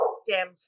stem